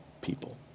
people